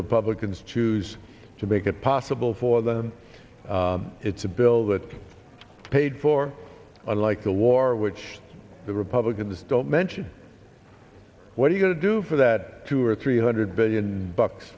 republicans choose to make it possible for them it's a bill that paid for unlike the war which the republicans don't mention what are you going to do for that two or three hundred billion bucks